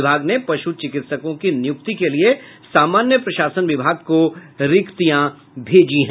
विभाग ने पश् चिकित्सकों की नियुक्ति के लिये समान्य प्रशासन विभाग को रिक्तियां भेजी हैं